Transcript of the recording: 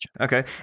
okay